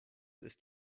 ist